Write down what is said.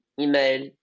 email